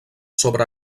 sobre